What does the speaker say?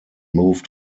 moved